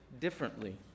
differently